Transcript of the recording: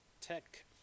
tech